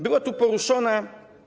Było tu poruszone.